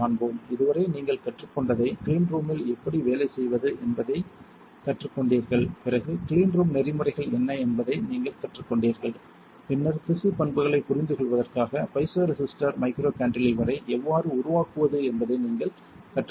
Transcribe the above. இதுவரை நீங்கள் கற்றுக்கொண்டதை கிளீன் ரூமில் எப்படி வேலை செய்வது என்று கற்றுக்கொண்டீர்கள் பிறகு கிளீன் ரூம் நெறிமுறைகள் என்ன என்பதை நீங்கள் கற்றுக்கொண்டீர்கள் பின்னர் திசுப் பண்புகளைப் புரிந்துகொள்வதற்காக பைசோ ரெசிஸ்டர் மைக்ரோ கான்டிலீவரை எவ்வாறு உருவாக்குவது என்பதை நீங்கள் கற்றுக்கொண்டீர்கள்